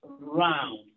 round